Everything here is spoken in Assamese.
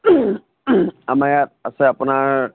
আমাৰ ইয়াত আছে আপোনাৰ